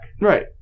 Right